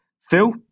Phil